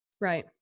Right